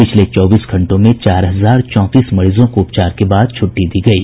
पिछले चौबीस घंटों में चार हजार चौंतीस मरीजों को उपचार के बाद छूट्टी दी गयी